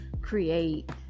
create